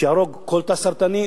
שיהרגו כל תא סרטני,